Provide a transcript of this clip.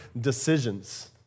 decisions